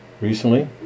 Recently